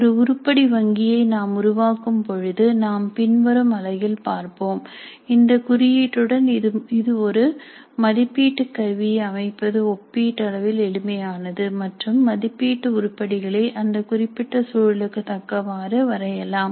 ஒரு உருப்படி வங்கியை நாம் உருவாக்கும் பொழுது நாம் பின்வரும் அலகில் பார்ப்போம் இந்த குறியீட்டுடன் இது ஒரு மதிப்பீட்டு கருவியை அமைப்பது ஒப்பீட்டளவில் எளிமையானது மற்றும் மதிப்பீட்டு உருப்படிகளை அந்த குறிப்பிட்ட சூழலுக்கு தக்கவாறு வரையலாம்